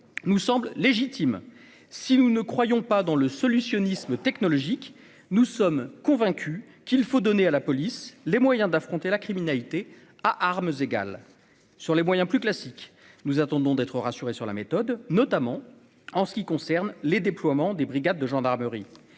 nous semble légitime, si nous ne croyons pas dans le solutionner isme technologique, nous sommes convaincus qu'il faut donner à la police, les moyens d'affronter la criminalité à armes égales sur les moyens plus classiques, nous attendons d'être rassurés sur la méthode, notamment en ce qui concerne les déploiements des brigades de gendarmerie,